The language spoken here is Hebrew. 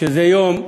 שזה יום,